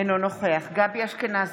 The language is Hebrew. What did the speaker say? אינו נוכח גבי אשכנזי,